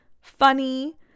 funny